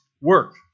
Work